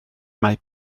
mae